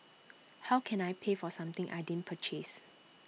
how can I pay for something I didn't purchase